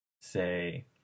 say